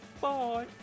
Bye